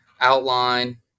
outline